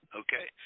okay